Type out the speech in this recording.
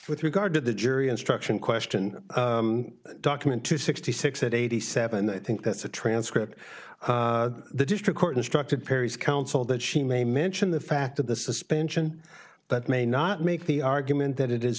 with regard to the jury instruction question document two sixty six and eighty seven i think that's a transcript the district court instructed parries counsel that she may mention the fact that the suspension but may not make the argument that it is